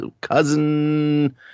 cousin